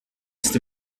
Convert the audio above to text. ist